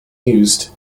used